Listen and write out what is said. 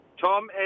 Tom